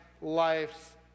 life's